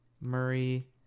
Murray